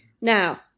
Now